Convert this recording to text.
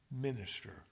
minister